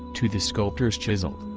to the sculptor's chisel.